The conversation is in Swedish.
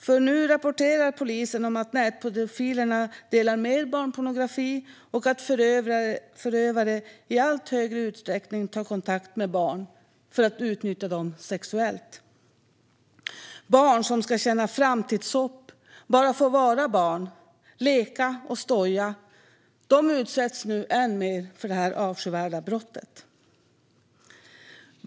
För nu rapporterar polisen om att nätpedofilerna delar mer barnpornografi och att förövare i allt större utsträckning tar kontakt med barn för att utnyttja dem sexuellt. Barn som ska känna framtidshopp, bara få vara barn, leka och stoja, utsätts nu än mer för detta avskyvärda brott.